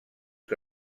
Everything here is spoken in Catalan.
que